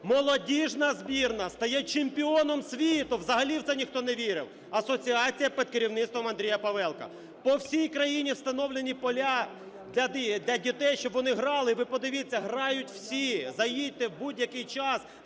Молодіжна збірна стає чемпіоном світу, взагалі в це ніхто не вірив, асоціація під керівництвом Андрія Павелка. По всій країні встановлені поля для дітей, щоб вони грали. Ви подивіться - грають всі, заїдьте в будь-який час: